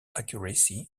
accuracy